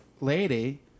lady